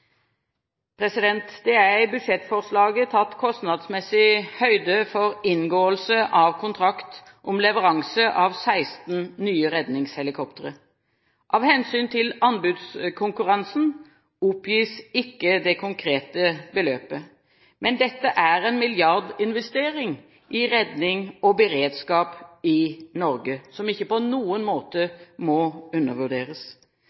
Det er i budsjettforslaget tatt kostnadsmessig høyde for inngåelse av kontrakt om leveranse av 16 nye redningshelikoptre. Av hensyn til anbudskonkurransen oppgis ikke det konkrete beløpet. Men dette er en milliardinvestering i redning og beredskap i Norge, som ikke på noen